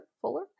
Fuller